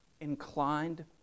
inclined